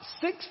Six